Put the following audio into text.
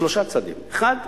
שלושה צעדים: אחד,